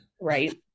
Right